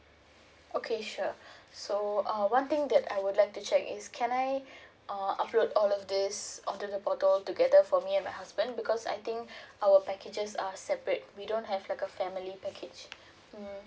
okay sure so err one thing that I would like to check is can I uh upload all of these onto the portal together for me and my husband because I think our packages are separate we don't have like a family package mm